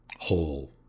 Whole